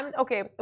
Okay